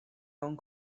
mewn